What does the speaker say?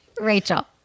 Rachel